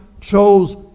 chose